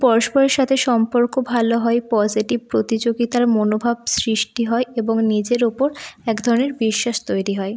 পরস্পরের সাথে সম্পর্ক ভালো হয় পজিটিভ প্রতিযোগিতার মনোভাব সৃষ্টি হয় এবং নিজের উপর এক ধরনের বিশ্বাস তৈরি হয়